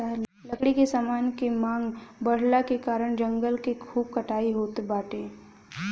लकड़ी के समान के मांग बढ़ला के कारण जंगल के खूब कटाई होत बाटे